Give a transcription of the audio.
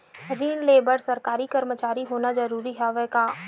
ऋण ले बर सरकारी कर्मचारी होना जरूरी हवय का?